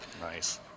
nice